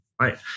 right